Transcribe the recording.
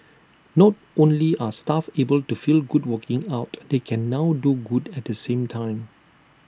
not only are staff able to feel good working out they can now do good at the same time